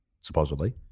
supposedly